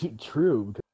True